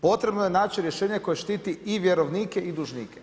Potrebno je naći rješenje koje štiti i vjerovnike i dužnike.